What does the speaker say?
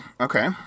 Okay